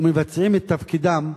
ומבצעים את תפקידם,